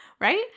right